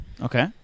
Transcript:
Okay